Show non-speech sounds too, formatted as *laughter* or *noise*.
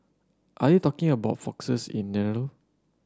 are you talking about foxes in *unintelligible*